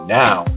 now